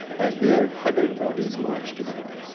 as their huddled bodies march together.